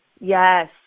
Yes